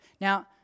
Now